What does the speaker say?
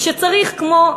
ושצריך כמו,